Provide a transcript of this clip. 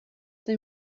they